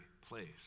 place